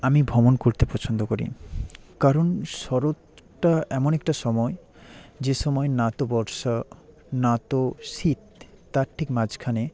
আমি ভ্রমণ করতে পছন্দ করি কারণ শরৎটা এমন একটা সময় যে সময় না তো বর্ষা না তো শীত তার ঠিক মাঝখানে